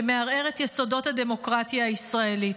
שמערער את יסודות הדמוקרטיה הישראלית.